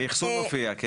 אחסון מופיע, כן.